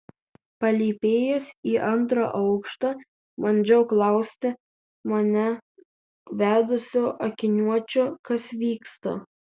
palypėjęs į antrą aukštą bandžiau klausti mane vedusio akiniuočio kas vyksta